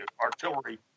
artillery